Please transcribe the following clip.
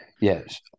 Yes